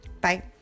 bye